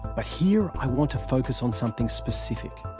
here i want to focus on something specific,